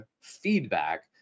feedback